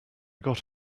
got